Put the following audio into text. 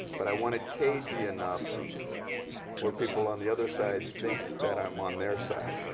but i want it cagey enough were people on the other side think that i'm on their side.